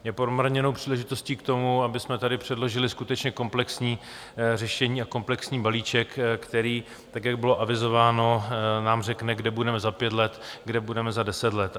Je promarněnou příležitostí k tomu, abychom tady předložili skutečně komplexní řešení a komplexní balíček, který jak bylo avizováno nám řekne, kde budeme za pět let, kde budeme za deset let.